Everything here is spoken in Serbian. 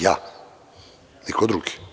Ja, niko drugi.